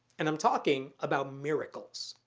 and i'm talking about miracles.